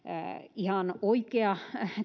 ihan oikea